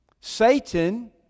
Satan